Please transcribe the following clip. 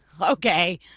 Okay